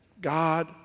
God